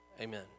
Amen